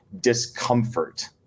discomfort